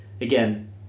Again